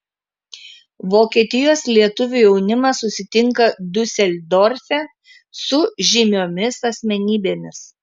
vokietijos lietuvių jaunimas susitinka diuseldorfe su žymiomis asmenybėmis